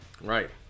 Right